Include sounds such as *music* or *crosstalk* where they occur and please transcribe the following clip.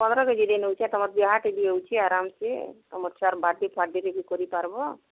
ପନ୍ଦର କେଜି ଦେଇଁ ଦଉଛେ ତମର *unintelligible* ରହୁଛି ଆରାମସେ ତମ ଛୁଆ ବାର୍ଥଡ଼େ ଫାଡ଼େରେ କରିପାରିବ